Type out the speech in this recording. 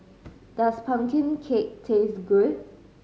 does pumpkin cake taste good